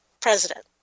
president